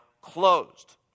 closed